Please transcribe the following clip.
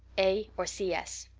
a. or c s.